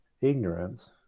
ignorance